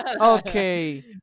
Okay